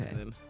Okay